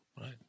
Right